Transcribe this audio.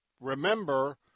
remember